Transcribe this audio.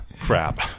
crap